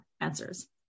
answers